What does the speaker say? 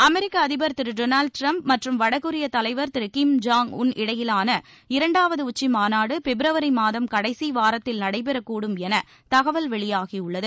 அமெிக்க அதிபர் திரு டொனாவ்டு டிரம்ப் மற்றம் வடகொரிய தலைவர் திரு கிம் ஜாங் உன் இடையிலாள இரண்டாவது உச்சி மாநாடு பிப்ரவரி மாதம் கடைசி வாரத்தில் நடைபெறக்கூடும் என தகவல் வெளியாகி உள்ளது